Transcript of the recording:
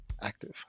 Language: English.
active